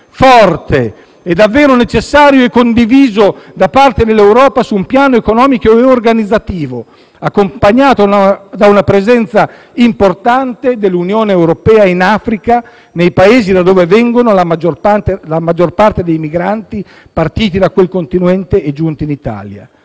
forte e davvero condiviso da parte dell'Europa su un piano economico e organizzativo, accompagnato da una presenza importante dell'Unione europea in Africa, nei Paesi da dove viene la maggior parte dei migranti partiti da quel continente e giunti in Italia.